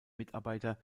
mitarbeiter